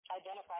identify